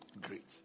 great